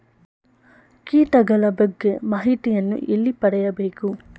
ಕೀಟಗಳ ಬಗ್ಗೆ ಮಾಹಿತಿಯನ್ನು ಎಲ್ಲಿ ಪಡೆಯಬೇಕು?